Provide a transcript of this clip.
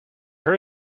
her